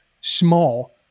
small